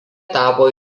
tapo